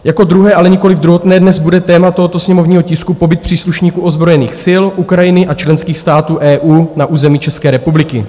Jako druhé, ale nikoliv druhotné, dnes bude téma tohoto sněmovního tisku pobyt příslušníků ozbrojených sil Ukrajiny a členských států EU na území České republiky.